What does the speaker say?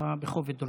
בקשתך בכובד ראש.